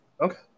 Okay